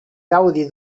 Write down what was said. gaudi